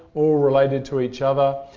all related to each other.